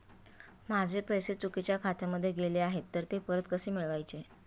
माझे पैसे चुकीच्या खात्यामध्ये गेले आहेत तर ते परत कसे मिळवायचे?